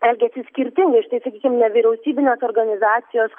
elgiasi skirtingai štai sakykim nevyriausybinės organizacijos